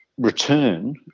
Return